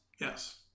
Yes